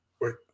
wait